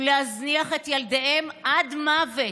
ולהזניח את ילדיהם עד מוות,